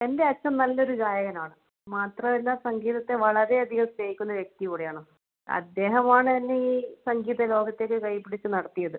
എൻ്റെ അച്ഛൻ നല്ലൊരു ഗായകനാണ് മാത്രമല്ല സംഗീതത്തെ വളരെയധികം സ്നേഹിക്കുന്ന വ്യക്തി കൂടിയാണ് അദ്ദേഹം ആണ് എന്നെ ഈ സംഗീത ലോകത്തേക്ക് കൈ പിടിച്ച് നടത്തിയത്